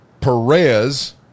Perez